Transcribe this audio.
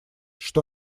что